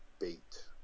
bait